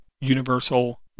Universal